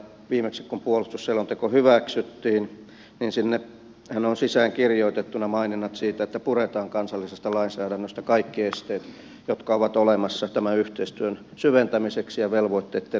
viimeksi kun puolustusselonteko hyväksyttiin sinnehän oli sisään kirjoitettuna maininnat siitä että puretaan kansallisesta lainsäädännöstä kaikki esteet jotka ovat olemassa tämän yhteistyön syventämiseksi ja velvoitteitten täyttämiseksi